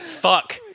fuck